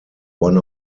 one